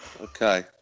Okay